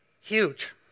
Huge